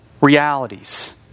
realities